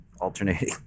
alternating